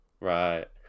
right